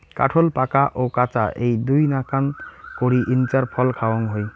কাঠোল পাকা ও কাঁচা এ্যাই দুইনাকান করি ইঞার ফল খাওয়াং হই